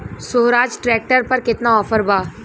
सोहराज tractor पर केतना offer बा?